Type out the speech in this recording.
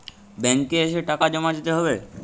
Bank এ এসে টাকা জমা দিতে হবে?